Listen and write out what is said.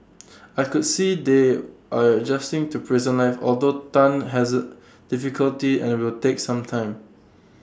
I could see they are adjusting to prison life although Tan has difficulty and will take some time